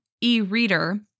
e-reader